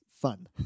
fun